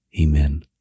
Amen